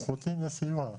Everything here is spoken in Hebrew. זקוקים לסיוע.